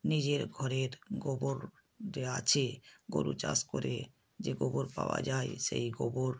নিজের ঘরের গোবর যা আছে গরু চাষ করে যে গোবর পাওয়া যায় সেই গোবর